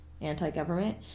anti-government